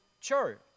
church